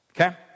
Okay